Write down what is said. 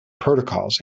protocols